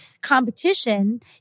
competition